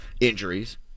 injuries